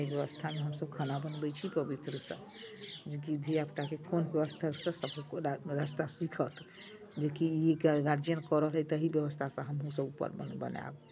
ताहि व्यवस्थामे हमसभ खाना बनबै छी पवित्रसँ जेकि धिया पूताके कोन व्यवस्थासँ सभके रास्ता सीखत जेकि ई गार्जियन कऽ रहलैए ताहि व्यवस्थासँ हमहूँसभ ऊपर बनायब